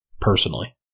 personally